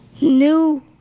new